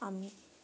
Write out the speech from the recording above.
আমি